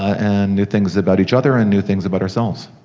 and new things about each other, and new things about ourselves.